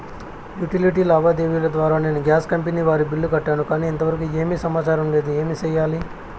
Utility లావాదేవీల ద్వారా నేను గ్యాస్ కంపెని వారి బిల్లు కట్టాను కానీ ఇంతవరకు ఏమి సమాచారం లేదు, ఏమి సెయ్యాలి?